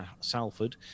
Salford